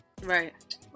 Right